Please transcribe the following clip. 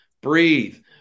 Breathe